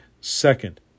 Second